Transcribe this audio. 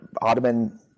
Ottoman